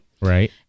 Right